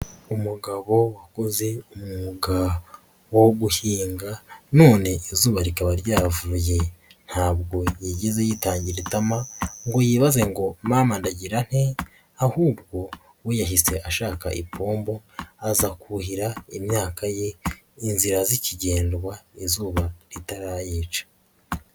Umugabo wakoze umwuga wo guhinga none izuba rikaba ryavuye, ntabwo yigeze yitangira itama ngo yibaze ngo mama ndagira nte, ahubwo we yahise ashaka ipombo aza kuhira imyaka ye inzira zikigendwa, izuba ritarayica.